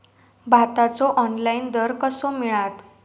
भाताचो ऑनलाइन दर कसो मिळात?